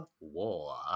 war